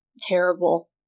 terrible